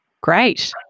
great